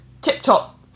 tip-top